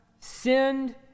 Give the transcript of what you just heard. sinned